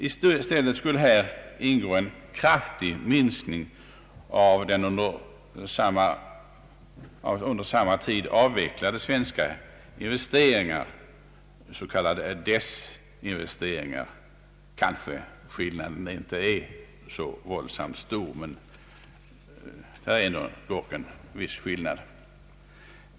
I stället skulle här inträffat en kraftig minskning av under samma tid avvecklade äldre svenska investeringar, s.k. desinvesteringar. Kanske skillnaden inte är så våldsamt stor, men det är dock en viss skillnad.